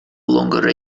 longer